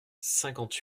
cinquante